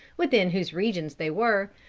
within whose regions they were,